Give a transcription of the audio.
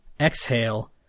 exhale